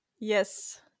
Yes